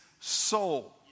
soul